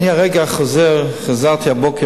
חזרתי הבוקר